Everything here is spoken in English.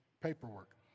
paperwork